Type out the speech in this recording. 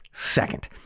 Second